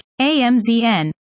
AMZN